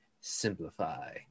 simplify